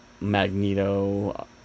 Magneto